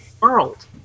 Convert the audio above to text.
world